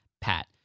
pat